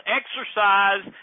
exercise